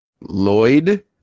Lloyd